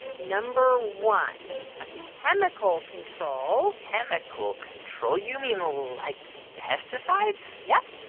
number one a chemical control chemical control? you mean like pesticides? yep.